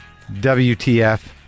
WTF